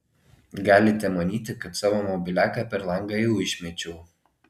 galite manyti kad savo mobiliaką per langą jau išmečiau